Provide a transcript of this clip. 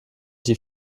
die